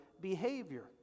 behavior